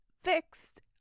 fixed